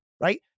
Right